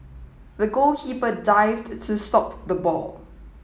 the goalkeeper dived to stop the ball